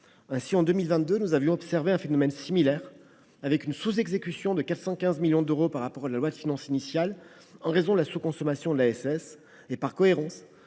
En 2022, nous avions observé un phénomène similaire, avec une sous exécution de 415 millions d’euros par rapport à la loi de finances initiale, en raison de la sous consommation de l’allocation